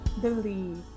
believe